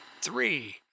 three